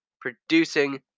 producing